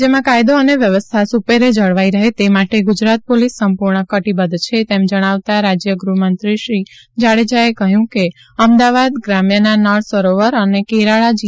રાજ્યમાં કાયદો અને વ્યવસ્થા સુપેરે જળવાઇ રહે તે માટે ગુજરાત પોલીસ સંપૂર્ણ કટ્ટીબધ્ધ છે તેમ જણાવતા રાજય ગૃહ મંત્રીશ્રી જાડેજાએ કહ્યું હતું કે અમદાવાદ ગ્રામ્યના નળ સરોવર અને કેરાળા જી